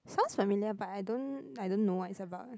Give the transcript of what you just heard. sounds familiar but I don't I don't know what it's about